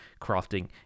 crafting